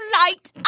light